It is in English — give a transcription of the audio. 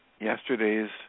yesterday's